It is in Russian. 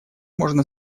можно